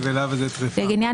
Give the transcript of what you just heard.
וזאת כדי להבטיח